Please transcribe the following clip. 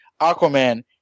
Aquaman